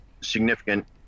significant